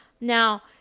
Now